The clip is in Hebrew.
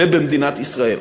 ובמדינת ישראל.